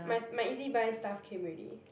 my my ezbuy stuff came already